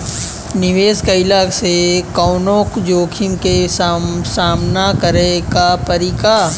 निवेश कईला से कौनो जोखिम के सामना करे क परि का?